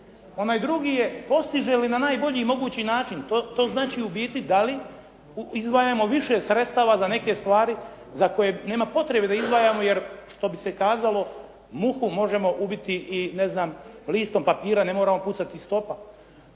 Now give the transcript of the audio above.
Onaj drugi je postiže li na najbolji mogući način, to znači u biti da li izdvajamo više sredstava za neke stvari za koje nema potrebe da izdvajamo jer što bi se kazalo, muhu možemo ubiti i ne znam, listom papira ne moramo pucati iz topa.